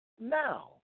now